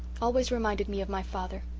always reminded me of my father.